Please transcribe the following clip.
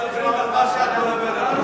אנחנו מדברים על מה שאת מדברת.